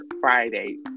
Friday